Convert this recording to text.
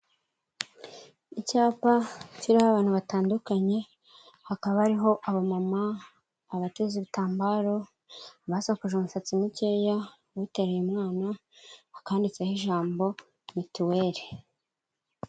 Icyapa kiriho abantu batandukanye, hakaba hariho abamama, abateze ibitambaro, abasokoje umusatsi mukeya, uteruye umwana, hakaba handitseho ijambo mituweli.